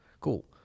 Cool